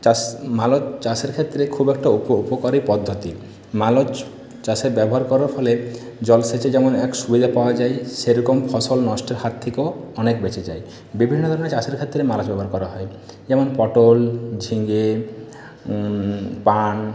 চাষ মালচ চাষের ক্ষেত্রে খুব একটা উপকারি পদ্ধতি মালচ চাষে ব্যবহার করার ফলে জল সেচে যেমন এক সুবিধা পাওয়া যায় সেরকম ফসল নষ্টের হাত থেকেও অনেক বেঁচে যায় বিভিন্ন ধরনের চাষের ক্ষেত্রে মালচ ব্যবহার করা হয় যেমন পটল ঝিঙ্গে পান